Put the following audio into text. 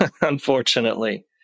unfortunately